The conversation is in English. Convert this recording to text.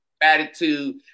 gratitude